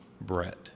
Brett